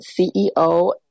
CEO